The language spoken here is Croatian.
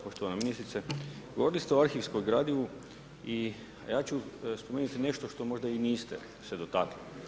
Poštovana ministrice, govorili ste o arhivskom gradivu, a ja ću spomenuti nešto što možda i niste se dotaknuli.